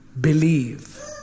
believe